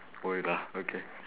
always ah okay